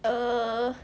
err